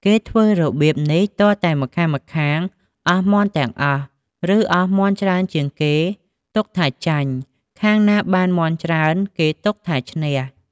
គេធ្វើរបៀបនេះទាល់តែម្ខាងៗអស់មាន់ទាំងអស់ ឬអស់មាន់ច្រើនជាងគេទុកថាចាញ់ ខាងណាបានមាន់ច្រើនគេទុកថាឈ្នះ ។